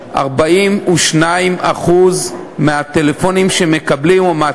רבותי השרים, חברי חברי הכנסת, האמת היא, בגילוי